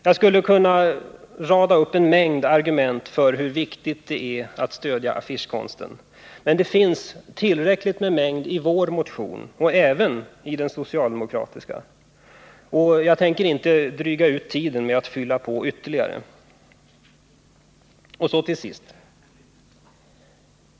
Jag skulle kunna rada upp en mängd argument för hur viktigt det är att stödja affischkonsten, men det finns tillräckligt med argument i vår motion liksom i den socialdemokratiska motionen. Jag tänker inte ta upp tiden med att fylla på med ytterligare argument.